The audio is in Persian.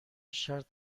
شرط